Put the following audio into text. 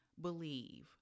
believe